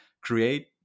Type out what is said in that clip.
create